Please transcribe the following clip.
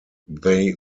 they